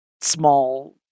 small